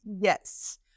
yes